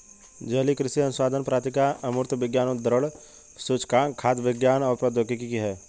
जलीय कृषि अनुसंधान पत्रिका अमूर्त विज्ञान उद्धरण सूचकांक खाद्य विज्ञान और प्रौद्योगिकी है